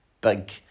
big